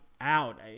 out